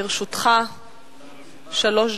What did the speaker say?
לרשותך שלוש דקות.